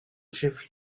chef